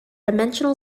dimensional